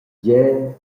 gie